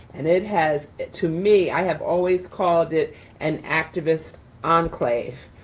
and it has to me, i have always called it an activist enclave.